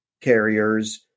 carriers